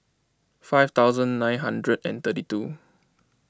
five thousand nine hundred and thirty two